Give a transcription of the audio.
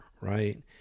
right